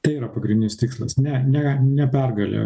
tai yra pagrindinis tikslas ne ne ne pergalė